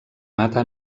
mata